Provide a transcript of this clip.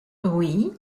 oui